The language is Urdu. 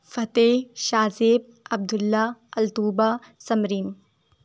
فتح شاہ زیب عبداللہ الطوبہ سمرین